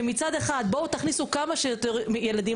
שמצד אחד בואו תכניסו כמה שיותר ילדים